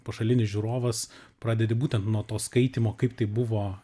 pašalinis žiūrovas pradedi būtent nuo to skaitymo kaip tai buvo